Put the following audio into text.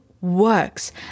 works